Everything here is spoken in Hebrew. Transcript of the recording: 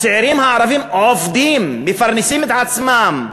הצעירים הערבים עובדים, מפרנסים את עצמם,